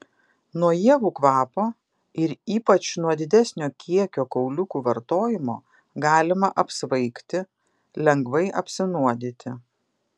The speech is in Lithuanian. nuo ievų kvapo ir ypač nuo didesnio kiekio kauliukų vartojimo galima apsvaigti lengvai apsinuodyti